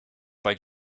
like